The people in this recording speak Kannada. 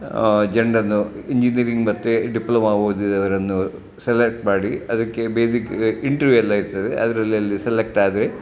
ಜನರನ್ನು ಇಂಜಿನಿಯರಿಂಗ್ ಮತ್ತು ಡಿಪ್ಲೋಮಾ ಓದಿದವರನ್ನು ಸೆಲೆಕ್ಟ್ ಮಾಡಿ ಅದಕ್ಕೆ ಬೇಸಿಕ್ ಇಂಟ್ರೀವು ಎಲ್ಲ ಇರ್ತದೆ ಅದರಲ್ಲಲ್ಲಿ ಸೆಲೆಕ್ಟ್ ಆದರೆ